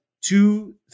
two